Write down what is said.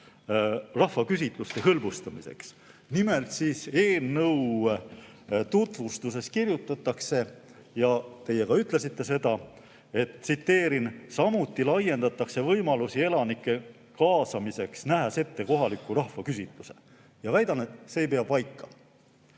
rahvaküsitluste hõlbustamiseks? Nimelt, eelnõu tutvustuses kirjutatakse ja teiegi ütlesite seda, tsiteerin: "Samuti laiendatakse võimalusi elanike kaasamiseks, nähes ette kohaliku rahvaküsitluse." Väidan, et see ei pea paika.